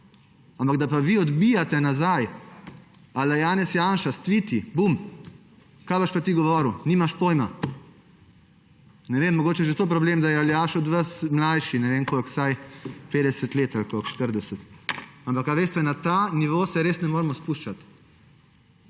Ampak da pa vi odbijate nazaj a la Janez Janša s tviti – bum, kaj boš pa ti govoril, nimaš pojma. Ne vem, mogoče je že to problem, da je Aljaž od vas mlajši vsaj 50 let ali koliko, 40. Ampak na ta nivo se res ne moremo spuščati.